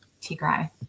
Tigray